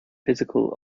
physical